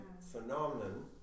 phenomenon